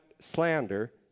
slander